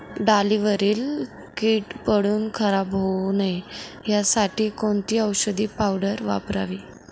डाळीवर कीड पडून खराब होऊ नये यासाठी कोणती औषधी पावडर वापरावी?